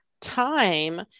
time